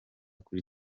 kuri